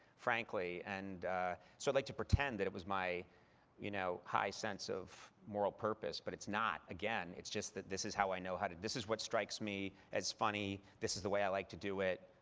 frankly, and so i like to pretend that it was my you know high sense of moral purpose, but it's not. again, it's just that this is how i know how to this is what strikes me as funny. this is the way i like to do it.